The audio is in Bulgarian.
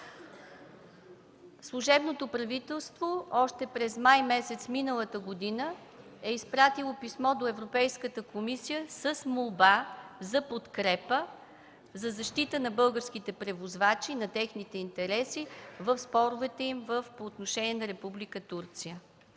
Служебното правителство още през месец май миналата година е изпратило писмо до Европейската комисия с молба за подкрепа, за защита на българските превозвачи, на техните интереси в споровете им по отношение на Република